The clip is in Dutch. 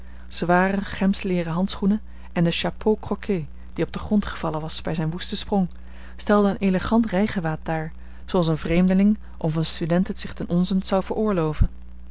zware gemsleeren handschoenen en de chapeau croqué die op den grond gevallen was bij zijn woesten sprong stelden een elegant rijgewaad daar zooals een vreemdeling of een student het zich ten onzent zou veroorloven